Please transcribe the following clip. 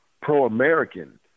pro-American